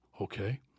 okay